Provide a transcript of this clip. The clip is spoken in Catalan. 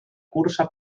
cursa